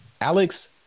Alex